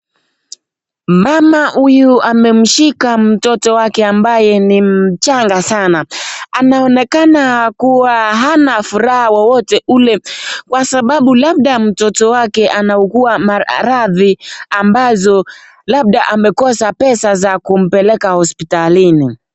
Mama huyu amemshika mtoto wake ambaye ni mchanga sana. Anaonekana kuwa hana furaha wowote ule kwa sababu labda mtoto wake anaugua maradhi ambazo labda amekosa pesa za kumpeleka hospitalini.